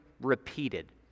repeated